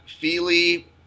Feely